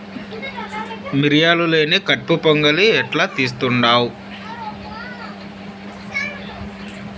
మిరియాలు లేని కట్పు పొంగలి ఎట్టా తీస్తుండావ్